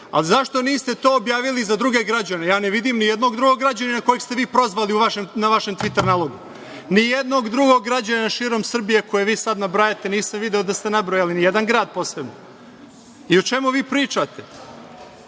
ali zašto to niste objavili i za druge građane? Ja ne vidim nijednog drugog građanina kojeg ste vi prozvali na vašem tviter nalogu, nijednog drugog građanina širom Srbije, koje vi sad nabrajate, nisam video da ste nabrojali, nijedan grad posebno. I, o čemu vi pričate? Prije